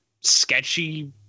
sketchy